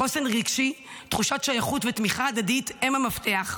חוסן רגשי, תחושת שייכות ותמיכה הדדית הם המפתח.